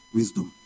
wisdom